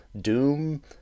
Doom